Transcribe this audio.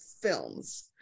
films